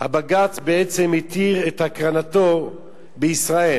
בג"ץ בעצם התיר את הקרנתו בישראל.